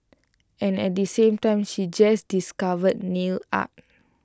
and at the same time she just discovered nail art